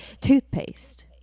toothpaste